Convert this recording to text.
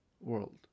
world